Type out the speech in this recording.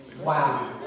Wow